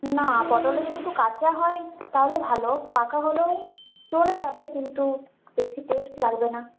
না পটল যদি একটু কাঁচা হয় তাহলে ভালো পাকা হলেও চলে যাবে কিন্তু বেশি টেস্ট লাগবে না